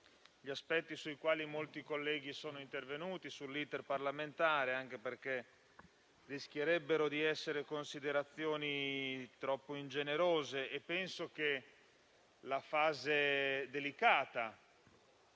gli aspetti sui quali molti i colleghi sono intervenuti sull'*iter* parlamentare, anche perché rischierebbero di essere considerazioni troppo ingenerose e penso che la fase delicata